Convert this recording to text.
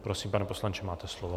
Prosím, pane poslanče, máte slovo.